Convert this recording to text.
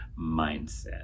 mindset